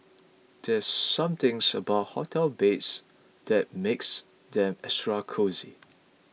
there's some things about hotel beds that makes them extra cosy